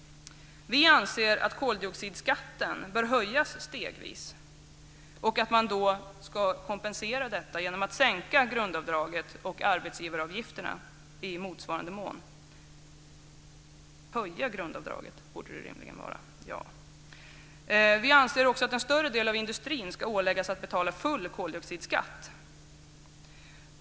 Vi anser att koldioxidskatten bör höjas stegvis och att detta ska kompenseras med en höjning av grundavdraget och en sänkning av arbetsgivaravgifterna i motsvarande mån. Vi anser också att en större del av industrin ska åläggas att betala full koldioxidskatt.